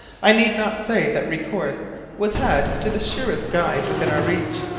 i need not say that recourse was had to the surest guide within our reach,